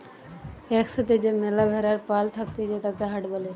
এক সাথে যে ম্যালা ভেড়ার পাল থাকতিছে তাকে হার্ড বলে